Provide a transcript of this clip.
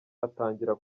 atangira